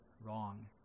wrong